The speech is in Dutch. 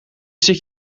zit